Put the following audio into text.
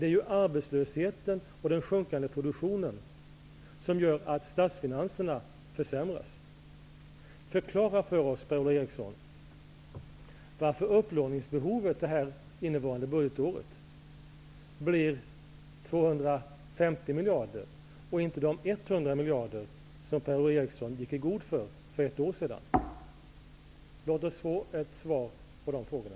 Det är arbetslösheten och den sjunkande produktionen som gör att statsfinanserna försämras. Förklara för oss, Per-Ola Eriksson, varför vi innevarande budgetår behöver låna 250 miljarder och inte 100 miljarder, som Per-Ola Eriksson för ett år sedan gick i god för. Låt oss få svar på de frågorna.